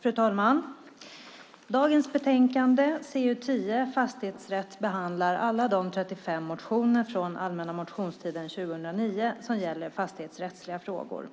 Fru talman! Dagens betänkande, CU10 Fastighetsrätt , behandlar alla de 35 motioner från allmänna motionstiden 2009 som gäller fastighetsrättsliga frågor.